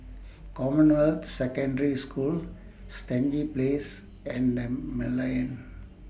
Commonwealth Secondary School Stangee Place and The Merlion